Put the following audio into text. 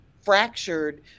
fractured